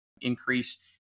increase